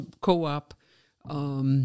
co-op